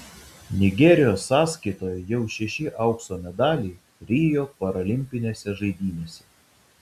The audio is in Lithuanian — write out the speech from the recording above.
nigerijos sąskaitoje jau šeši aukso medaliai rio paralimpinėse žaidynėse